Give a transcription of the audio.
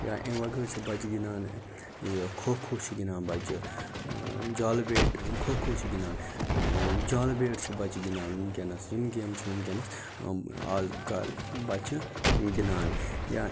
یا اَمہِ وغٲر چھِ بَچہٕ گِندان یہِ کھو کھو چھِ گِندان بَچہِ جالبیٹ کھو کھو چھِ گِندان جالبیٹ چھِ بَچہِ گِندان وٕنکیٚنَس یِم گیمہٕ چھِ وٕنکیٚنس آز کل بَچہٕ گِندان